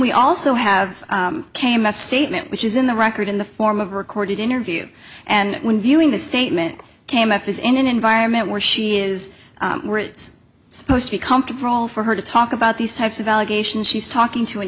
we also have came a statement which is in the record in the form of recorded interview and when viewing the statement came up is in an environment where she is where it's supposed to come for all for her to talk about these types of allegations she's talking to an